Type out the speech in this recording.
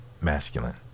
masculine